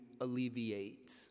alleviate